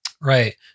Right